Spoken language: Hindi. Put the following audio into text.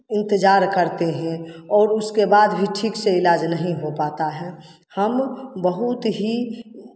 इंतज़ार करते हैं और उसके बाद भी ठीक से इलाज नहीं हो पाता है हम बहुत ही